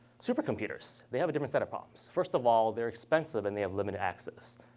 supercomputers they have a different set of problems. first of all, they're expensive. and they have limited access.